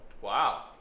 Wow